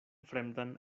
fremdan